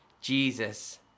Jesus